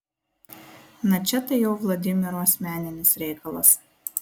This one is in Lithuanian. na čia tai jau vladimiro asmeninis reikalas